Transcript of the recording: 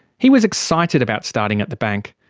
he was excited about starting at the bank.